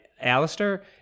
Alistair